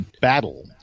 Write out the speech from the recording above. battle